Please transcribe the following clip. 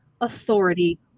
authority